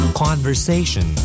conversation